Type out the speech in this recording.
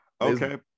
Okay